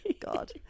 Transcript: God